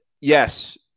yes